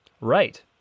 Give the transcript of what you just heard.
Right